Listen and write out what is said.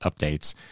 updates